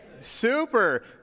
Super